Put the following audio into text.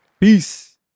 peace